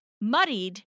muddied